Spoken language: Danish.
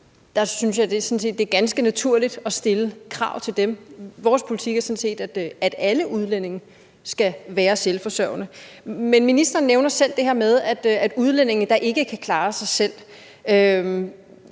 ganske naturligt at stille krav til dem. Vores politik er, at alle udlændinge skal være selvforsørgende. Men ministeren nævner selv det her med udlændinge, der ikke kan klare sig selv,